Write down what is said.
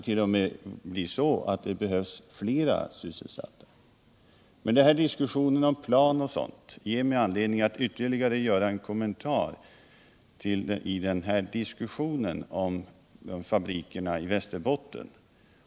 0. m. visa sig att det behövs flera sysselsatta. De här diskussionerna om plan och annat ger mig anledning att göra ytterligare en kommentar beträffande fabrikerna i Västerbotten.